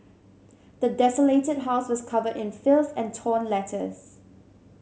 the desolated house was covered in filth and torn letters